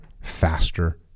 faster